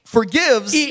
forgives